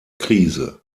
krise